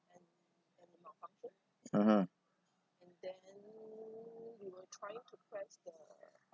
mmhmm